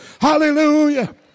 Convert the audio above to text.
Hallelujah